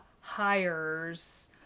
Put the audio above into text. hires